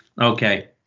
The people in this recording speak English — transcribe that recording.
okay